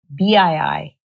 BII